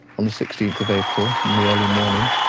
on the sixteenth of april, in the early morning,